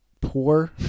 poor